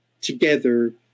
together